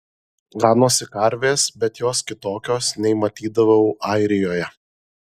ganosi karvės bet jos kitokios nei matydavau airijoje